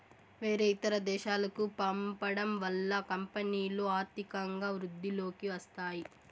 వేరే ఇతర దేశాలకు పంపడం వల్ల కంపెనీలో ఆర్థికంగా వృద్ధిలోకి వస్తాయి